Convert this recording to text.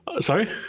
Sorry